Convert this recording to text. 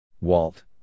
Walt